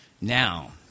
now